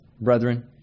brethren